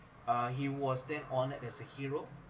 uh he was then on it as a hero